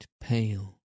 pale